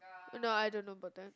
no I don't know but then